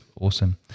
awesome